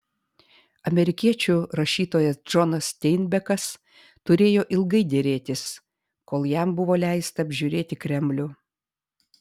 amerikiečių rašytojas džonas steinbekas turėjo ilgai derėtis kol jam buvo leista apžiūrėti kremlių